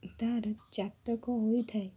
ତାର ଜାତକ ହୋଇଥାଏ